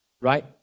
right